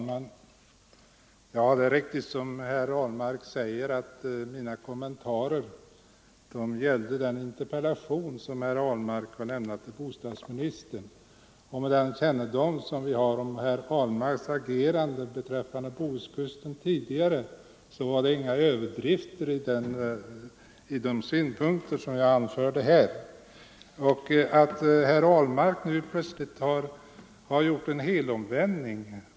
Fru talman! Det är riktigt som herr Ahlmark säger att mina kommentarer gällde den interpellation som han lämnat till bostadsministern. Med den kännedom som vi har om herr Ahlmarks tidigare agerande beträffande Bohuskusten var de synpunkter jag framförde inte överdrivna. Herr Ahlmark har nu plötsligen gjort en helomvändning.